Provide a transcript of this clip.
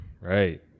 right